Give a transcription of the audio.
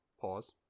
Pause